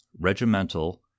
regimental